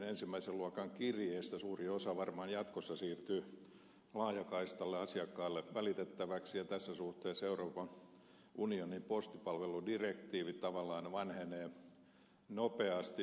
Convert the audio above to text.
ensimmäisen luokan kirjeistä suuri osa varmaan jatkossa siirtyy laajakaistalla asiakkaalle välitettäväksi ja tässä suhteessa euroopan unionin postipalveludirektiivi tavallaan vanhenee nopeasti